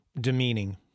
demeaning